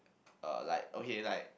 uh like okay like